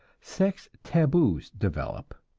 sex tabus develop,